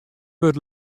wurdt